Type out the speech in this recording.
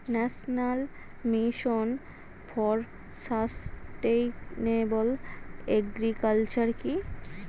National mission for sustainable agriculture কি?